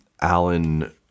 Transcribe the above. Alan